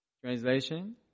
Translation